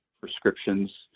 prescriptions